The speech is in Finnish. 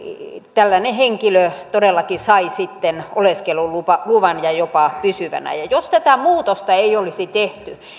tällainen henkilö todellakin sai sitten oleskeluluvan ja jopa pysyvänä jos tätä muutosta ei olisi tehty